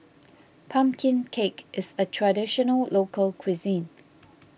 Pumpkin Cake is a Traditional Local Cuisine